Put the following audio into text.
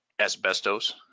asbestos